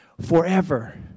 forever